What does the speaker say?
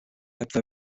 hebdda